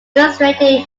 illustrated